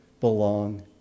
belong